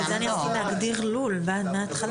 אני ממשיכה לתקנה 6(ב): בעל לול לא יחזיק,